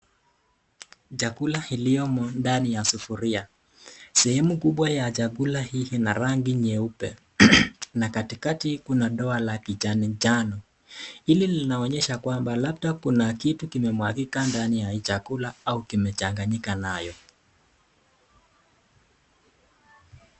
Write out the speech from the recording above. Chakula iliyomo ndani ya sufuria. Sehemu kubwa ya chakula hii ina rangi nyeupe na katikati kuna doa la kijani njano ili linaonyesha kwamba labda kuna kitu kimemwagika ndani ya chakula au kimechaganyika nayo.